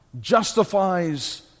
justifies